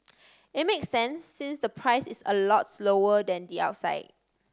it make sense since the price is a lot lower than the outside